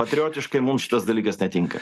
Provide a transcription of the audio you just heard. patriotiškai mum šitas dalykas netinka